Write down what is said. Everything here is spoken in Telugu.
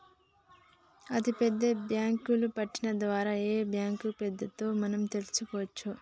అతిపెద్ద బ్యేంకుల పట్టిక ద్వారా ఏ బ్యాంక్ పెద్దదో మనం తెలుసుకోవచ్చు